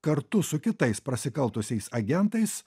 kartu su kitais prasikaltusiais agentais